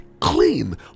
clean